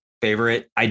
favorite